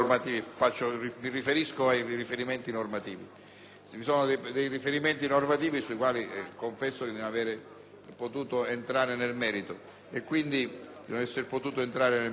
Vi sono aspetti normativi sui quali confesso di non essere potuto entrare nel merito. Pertanto, mi rimetto al Governo.